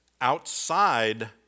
outside